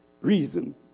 reason